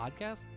podcast